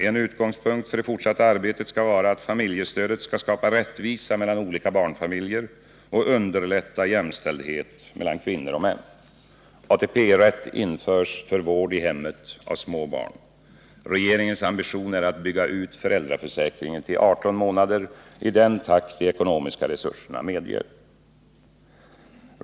En utgångspunkt för det fortsatta arbetet skall vara att familjestödet skall skapa rättvisa mellan olika barnfamiljer och underlätta jämställdhet mellan kvinnor och män. ATP-rätt införs för vård i hemmet av små barn. Regeringens ambition är att bygga ut föräldraförsäkringen till 18 månader i den takt de ekonomiska resurserna medger.